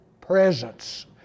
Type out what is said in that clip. presence